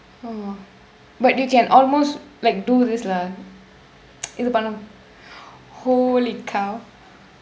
oh but you can almost like do this lah இது பண்ண:ithu panna holy cow